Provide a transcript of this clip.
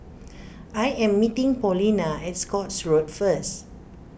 I am meeting Paulina at Scotts Road first